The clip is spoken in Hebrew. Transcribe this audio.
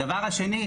הדבר השני,